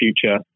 future